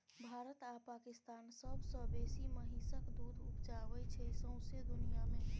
भारत आ पाकिस्तान सबसँ बेसी महिषक दुध उपजाबै छै सौंसे दुनियाँ मे